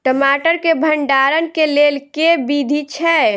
टमाटर केँ भण्डारण केँ लेल केँ विधि छैय?